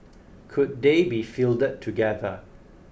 could they be fielded together